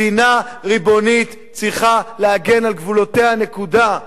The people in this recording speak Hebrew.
מדינה ריבונית צריכה להגן על גבולותיה, נקודה,